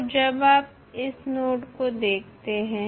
तो जब आप इस नोड को देखते हैं